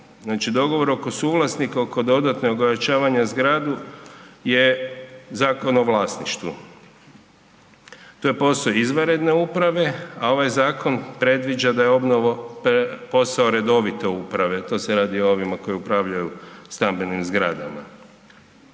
Znači dogovor oko suvlasnika oko dodatno …/nerazumljivo/… zgradu je Zakon o vlasništvu. To je posao izvanredne uprave, a ovaj zakon predviđa da je obnova posao redovite uprave. To se radi o ovima koji upravljaju stambenim zgradama.